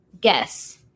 guess